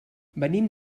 venim